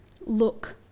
Look